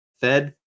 Fed